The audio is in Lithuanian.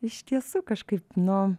iš tiesų kažkaip nu